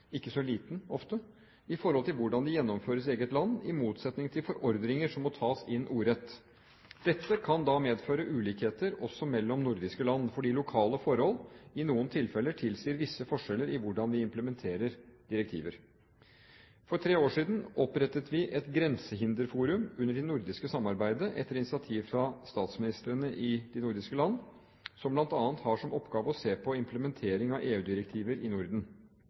ikke så liten – i forhold til hvordan de gjennomføres i eget land, i motsetning til forordringer, som må tas inn ordrett. Dette kan da medføre ulikheter også mellom nordiske land fordi lokale forhold i noen tilfeller tilsier visse forskjeller i hvordan vi implementerer direktiver. For tre år siden opprettet vi et grensehinderforum under det nordiske samarbeidet etter initiativ fra statsministrene i de nordiske land, som bl.a. har som oppgave å se på implementering av EU-direktiver i Norden.